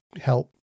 help